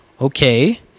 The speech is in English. Okay